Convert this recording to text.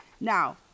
Now